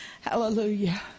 Hallelujah